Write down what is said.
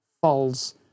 falls